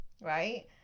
right